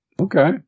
Okay